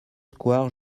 square